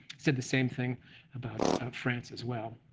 said the same thing about france as well.